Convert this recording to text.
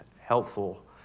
helpful